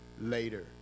later